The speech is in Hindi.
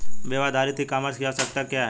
वेब आधारित ई कॉमर्स की आवश्यकता क्या है?